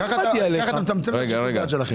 כך אתה מצמצם את שיקול הדעת שלכם.